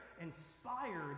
inspired